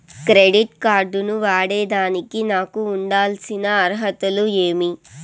Credit card ను వాడేదానికి నాకు ఉండాల్సిన అర్హతలు ఏమి?